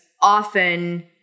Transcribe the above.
often